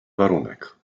warunek